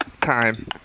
Time